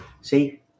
see